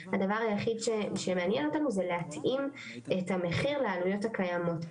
הדבר היחיד שמעניין אותנו זה להתאים את המחיר לעלויות הקיימות.